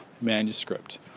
manuscript